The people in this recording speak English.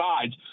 sides